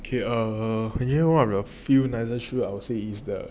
okay err one of the few nicer shoe I would say is the